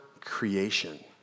creation